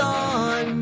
on